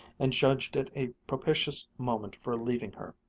and judged it a propitious moment for leaving her.